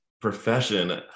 profession